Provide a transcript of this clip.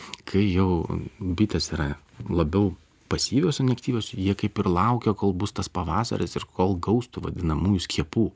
kai jau bitės yra labiau pasyvios neaktyvios jie kaip ir laukia kol bus tas pavasaris ir kol gaus tų vadinamųjų skiepų